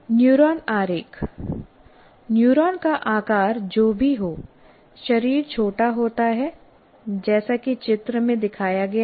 neuron आरेख neuron का आकार जो भी हो शरीर छोटा होता है जैसा कि चित्र में दिखाया गया है